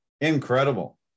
incredible